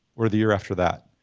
or the year after that.